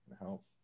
help